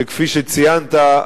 שכפי שציינת,